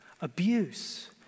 abuse